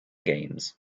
games